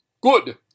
Good